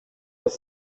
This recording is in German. aus